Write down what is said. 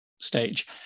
stage